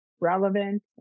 relevant